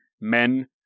men